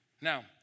Now